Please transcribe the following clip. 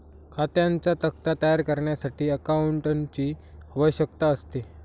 खात्यांचा तक्ता तयार करण्यासाठी अकाउंटंटची आवश्यकता असते